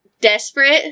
desperate